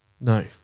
no